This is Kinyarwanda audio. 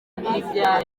ibya